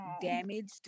damaged